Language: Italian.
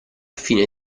fine